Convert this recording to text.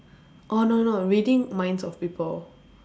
orh no no reading minds of people